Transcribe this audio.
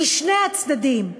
משני הצדדים.